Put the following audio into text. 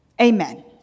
Amen